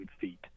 feet